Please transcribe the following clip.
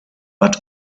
but